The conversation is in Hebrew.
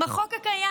עם החוק הקיים,